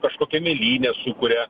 kažkokią mėlynę sukuria